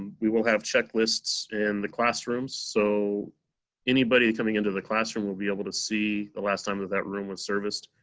um we will have checklists in the classrooms. so anybody coming into the classroom will be able to see the last time that that room was serviced.